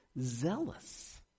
Zealous